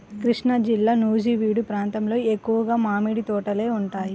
కృష్ణాజిల్లా నూజివీడు ప్రాంతంలో ఎక్కువగా మామిడి తోటలే ఉంటాయి